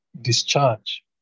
discharge